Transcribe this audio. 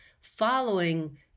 following